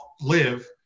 live